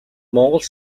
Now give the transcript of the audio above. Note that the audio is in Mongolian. монгол